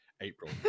april